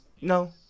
no